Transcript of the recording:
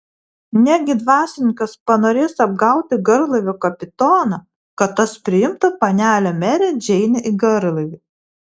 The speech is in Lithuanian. negi dvasininkas panorės apgauti garlaivio kapitoną kad tas priimtų panelę merę džeinę į garlaivį